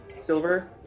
silver